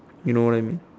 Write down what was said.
you know what I mean